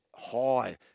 High